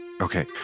Okay